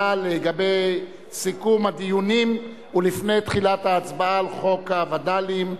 לגבי סיכום הדיונים ולפני תחילת ההצבעה על חוק הווד"לים,